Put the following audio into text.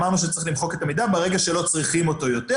אמרנו שצריך למחוק את המידע ברגע שלא צריכים אותו יותר,